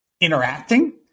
interacting